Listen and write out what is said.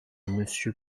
monsieur